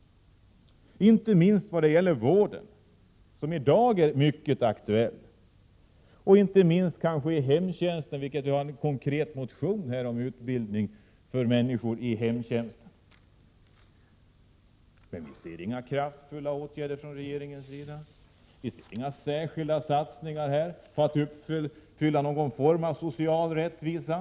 1987/88:99 minst vad gäller vården, som är mycket aktuell i dag, och inte minst inom 13 april 1988 hemtjänsten, där vi har en konkret motion om utbildning för människor som arbetar i hemtjänsten. Men vi ser inga kraftfulla åtgärder från regeringens sida. Vi ser inga särskilda satsningar på att här uppnå någon form av social rättvisa.